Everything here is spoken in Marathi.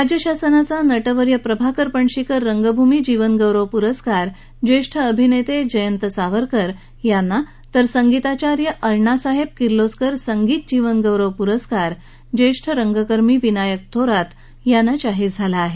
राज्य शासनाचा नटवर्य प्रभाकर पणशीकर रंगभूमी जीवन गौरव पुरस्कार ज्येष्ठ अभिनेते जयंत सावरकर यांना तर संगीताचार्य अण्णासाहेब किर्लोस्कर संगीत जीवन गौरव पुरस्कार ज्येष्ठ रंगकर्मी विनायक थोरात यांना जाहीर झाला आहे